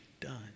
done